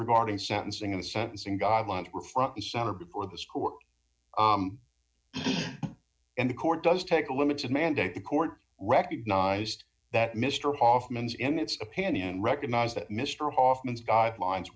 regarding sentencing in the sentencing guidelines were front and center before this court and the court does take the limits of mandate the court recognized that mr hoffman's in its opinion recognized that mr hoffman's guidelines